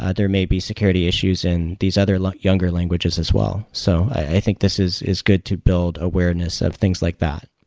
ah there may be security issues in these other like younger languages as well. so i think this is is good to build awareness of things like that.